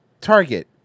Target